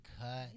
cut